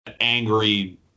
angry